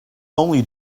only